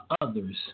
others